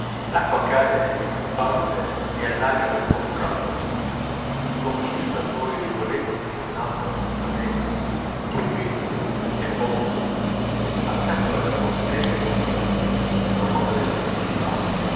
l'acqua cade e si spande e allaga per buon tratto la via commista a nuovi rivoletti di un'altra fontanella che più in su è posta sul pendio accanto alla bottega di un torniere una fontanella municipale